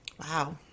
Wow